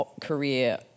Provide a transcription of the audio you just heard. career